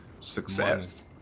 success